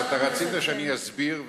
אתה רצית שאני אסביר,